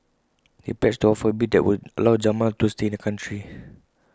he pledged to offer A bill that would allow Jamal to stay in the country